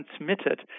transmitted